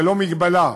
ללא מגבלה,